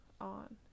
on